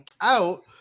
out